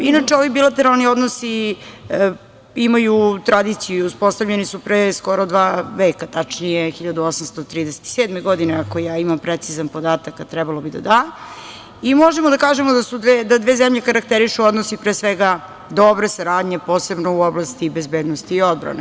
Inače, ovi bilateralni odnosi imaju tradiciju, uspostavljeni su pre skoro dva veka, tačnije 1837. godine, ako ja imam precizan podatak, a trebalo bi da da, i možemo da kažemo da dve zemlje karakterišu odnose pre svega dobre saradnje, posebno u oblasti bezbednosti i odbrane.